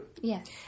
Yes